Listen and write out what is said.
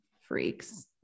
freaks